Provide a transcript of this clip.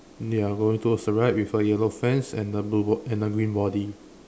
ya going towards the right with a yellow fence and a blue bo~ and a green body